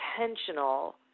intentional